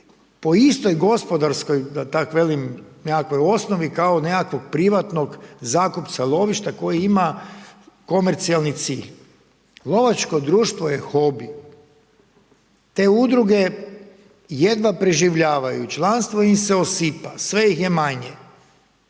po istoj gospodarskoj da tak velim nekakvoj osnovi kao nekakvog privatnog zakupca lovišta koji ima komercijalni cilj. Lovačko društvo je hobi. Te udruge jedva preživljavaju, članstvo im se osipa, sve ih je manje.